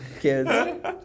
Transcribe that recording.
Kids